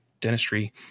dentistry